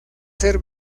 ser